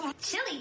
chili